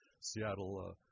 Seattle